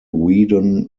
whedon